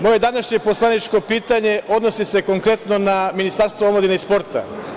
Moje današnje poslaničko pitanje odnosi se konkretno na Ministarstvo omladine i sporta.